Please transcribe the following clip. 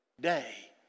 day